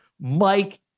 Mike